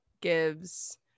gives